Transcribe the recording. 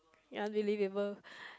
unbelievable